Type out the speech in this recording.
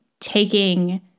taking